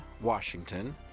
Washington